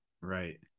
Right